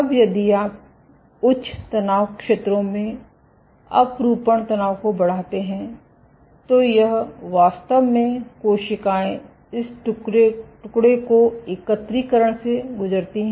अब यदि आप उच्च तनाव क्षेत्रों में अपरूपण तनाव को बढ़ाते हैं तो यह वास्तव में कोशिकाएं इस टुकड़े को एकत्रीकरण से गुजरती हैं